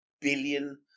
billion